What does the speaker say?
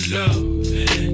love